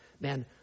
man